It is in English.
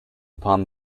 upon